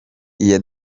iya